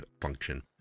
function